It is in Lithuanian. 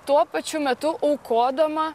tuo pačiu metu aukodama